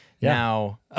Now